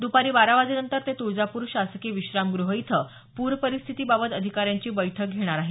द्रपारी बारा वाजेनंतर ते तुळजापूर शासकीय विश्रामगृह इथं पूर परिस्थितीबाबत अधिकाऱ्यांची बैठक घेणार आहेत